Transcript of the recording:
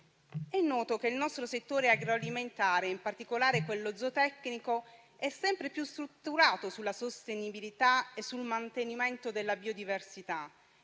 È noto che il nostro settore agroalimentare, in particolare quello zootecnico, è sempre più strutturato sulla sostenibilità e sul mantenimento della biodiversità.